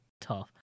tough